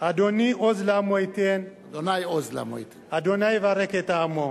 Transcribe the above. "ה' עֹז לעמו יתן" "ה' עז לעמו יתן" "ה' יברך את עמו".